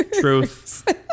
truth